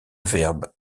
verbe